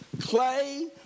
Clay